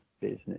business